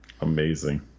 Amazing